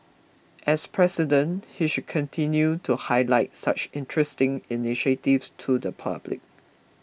as President he should continue to highlight such interesting initiatives to the public